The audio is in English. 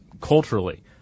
culturally